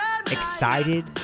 excited